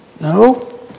No